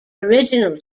original